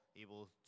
able